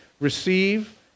receive